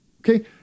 okay